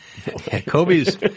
Kobe's